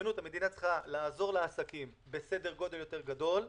בהתחשבנות המדינה צריכה לעזור לעסקים בסדר גודל גדול יותר.